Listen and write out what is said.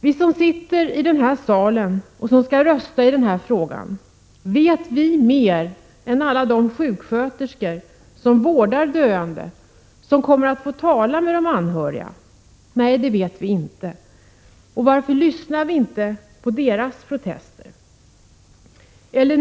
Vi som sitter i den här salen och skall rösta i den här frågan, vet vi mer än alla de sjuksköterskor som vårdar döende och som kommer att få tala med de anhöriga? Nej, det vet vi inte. Varför lyssnar vi då inte på deras protester?